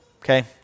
Okay